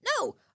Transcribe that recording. No